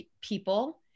people